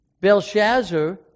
Belshazzar